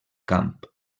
camp